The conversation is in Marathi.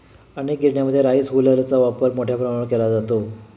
अनेक गिरण्यांमध्ये राईस हुलरचा वापर मोठ्या प्रमाणावर केला जातो